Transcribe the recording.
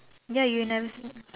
ya you never say